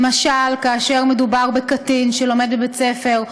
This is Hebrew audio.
למשל כאשר מדובר בקטין שלומד בבית-ספר,